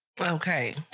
Okay